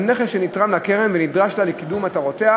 נכס שנתרם לקרן ונדרש לה לקידום מטרותיה,